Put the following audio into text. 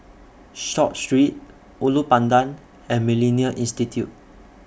Short Street Ulu Pandan and Millennia Institute